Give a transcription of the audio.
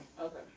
Okay